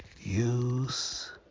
use